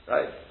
Right